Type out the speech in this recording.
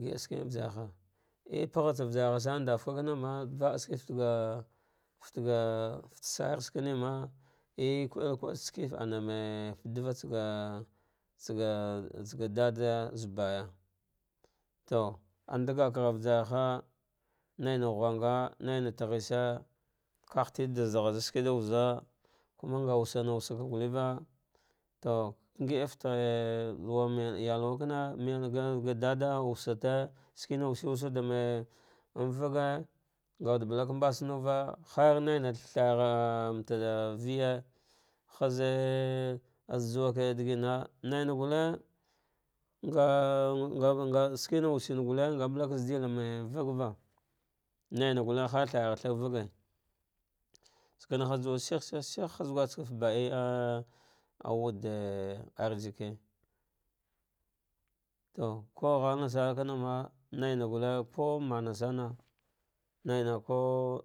giɗa shium vajarha ie parghatsa vajar ha sana ndavkakama, vach gaski fataɗa fatz shira shkine ma ekuel kua shikifa ana me fata ɗavaga tsaga tsaga ɗaɗi zaga baya to anɗagakagha vajarha naina ghanga naina teghe shi, kagh tetegue ɗa zadar za shi ki ɗa wuza kuma nga wusana wusaka gulleva, to iɗe fate laughme ya wakana melne ga ɗaɗa wusate laughmeya ewatkoma, melne ja ɗaɗa wusate, shikin wuse wusate an ang fage ngawude, ghulter mbanuva harmai naɗa thargha an te viye haz haz juwa lea ɗigina, naina gulle nga nga ngashina wuse ne galle nga balka zaɗɗma fagava naina gulle naina gulle harthargha tha fage saka na harjuuwa shihe shene guskefte baah a wude arziki to ku ghalna sinama, kana ma ko mana bana naira ko.